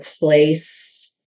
place